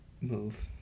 move